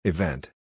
Event